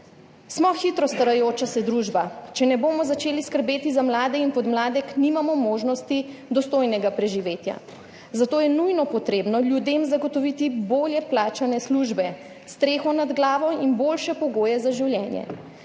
Smo hitro starajoča se družba. Če ne bomo začeli skrbeti za mlade in podmladek, nimamo možnosti dostojnega preživetja. Zato je treba ljudem nujno zagotoviti boljše plačane službe, streho nad glavo in boljše pogoje za življenje,